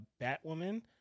batwoman